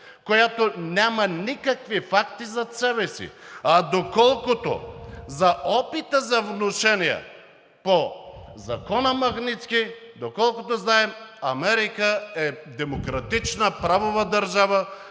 която няма никакви факти зад себе си. А колкото за опита за внушения по закона „Магнитски“, доколкото знаем, Америка е демократична, правова държава.